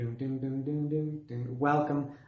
Welcome